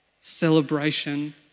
celebration